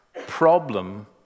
problem